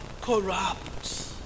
corrupt